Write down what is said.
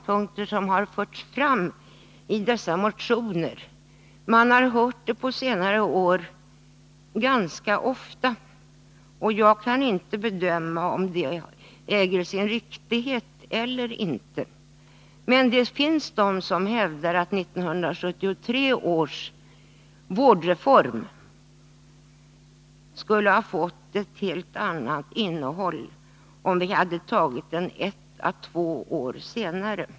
Man har ganska ofta hört en del intressanta synpunkter framföras på senare år. Jag kan inte bedöma om det äger sin riktighet eller inte, men det finns de som hävdar att 1973 års vårdreform skulle ha fått ett helt annat innehåll, om vi hade väntat med beslutet och antagit reformen ett eller två år senare.